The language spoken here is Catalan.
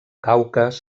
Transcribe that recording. caucas